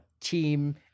team